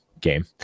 game